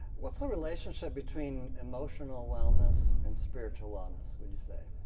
what's the relationship between emotional wellness and spiritual wellness, would you say?